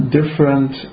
different